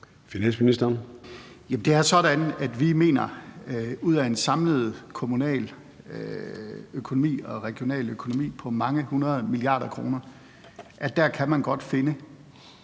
Wammen): Jamen det er sådan, at vi mener, at ud af en samlet kommunal økonomi og regional økonomi på mange hundrede milliarder kroner kan man godt finde